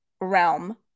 realm –